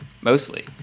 mostly